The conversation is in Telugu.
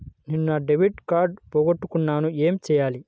నేను నా డెబిట్ కార్డ్ పోగొట్టుకున్నాను ఏమి చేయాలి?